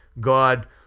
God